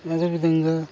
అదే విధంగా